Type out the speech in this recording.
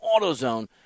AutoZone